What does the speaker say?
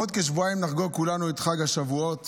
בעוד כשבועיים נחגוג כולנו את חג השבועות,